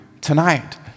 tonight